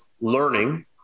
learning